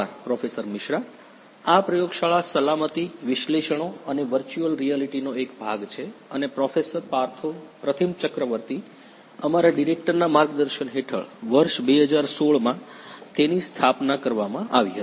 આભાર પ્રોફેસર મિશ્રા આ પ્રયોગશાળા સલામતી વિશ્લેષણો અને વર્ચ્યુલ રીઆલીટી નો એક ભાગ છે અને પ્રોફેસર પાર્થો પ્રથિમ ચક્રવર્તી અમારા ડિરેક્ટરના માર્ગદર્શન હેઠળ વર્ષ 2016 માં તેની સ્થાપના કરવામાં આવી હતી